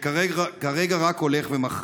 שכרגע רק הולך ומחריף.